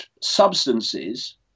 substances